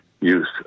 use